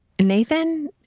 Nathan